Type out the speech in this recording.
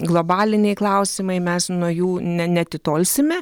globaliniai klausimai mes nuo jų ne neatitolsime